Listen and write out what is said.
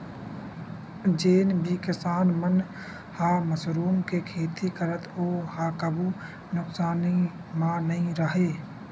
जेन भी किसान मन ह मसरूम के खेती करथे ओ ह कभू नुकसानी म नइ राहय